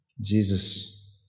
Jesus